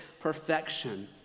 perfection